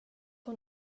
hon